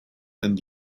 and